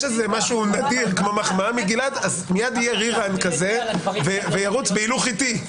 משהו נדיר כמו מחמאה מגלעד מיד יהיה rerun כזה וירוץ בהילוך איטי.